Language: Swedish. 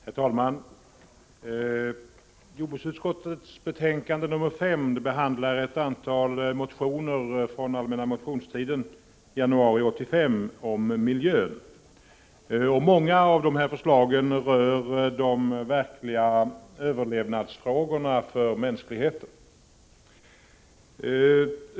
Herr talman! Jordbruksutskottets betänkande nr 5 behandlar ett antal motioner från den allmänna motionstiden i januari om miljön. Många av förslagen rör de verkliga överlevnadsfrågorna för mänskligheten.